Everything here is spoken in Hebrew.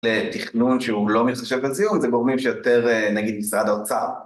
לתכנון שהוא לא מתחשב על ציון, זה גורמים שיותר נגיד משרד האוצר.